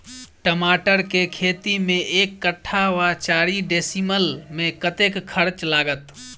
टमाटर केँ खेती मे एक कट्ठा वा चारि डीसमील मे कतेक खर्च लागत?